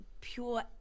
pure